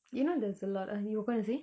you know there's a lot oh you were going to say